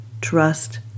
Trust